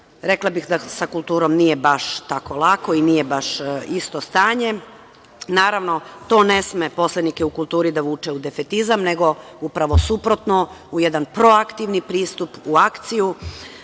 bih da sa kulturom nije baš tako lako, nije baš isto stanje. Naravno, to ne sme poslanike u kulturi da vuče u defetizam, nego upravo suprotno, u jedan proaktivni pristup, u akciju.